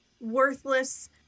worthless